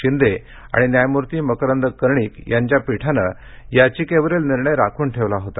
शिंदे आणि न्यायमूर्ती मकरंद कर्णिक यांच्या पीठाने याचिकेवरील निर्णय राखून ठेवला होता